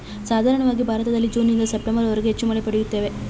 ಸಾಧಾರಣವಾಗಿ ಭಾರತದಲ್ಲಿ ಜೂನ್ನಿಂದ ಸೆಪ್ಟೆಂಬರ್ವರೆಗೆ ಹೆಚ್ಚು ಮಳೆ ಪಡೆಯುತ್ತೇವೆ